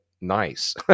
nice